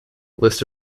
list